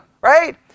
right